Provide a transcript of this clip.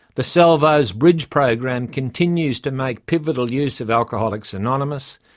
the salvos' bridge program continues to make pivotal use of alcoholics anonymous,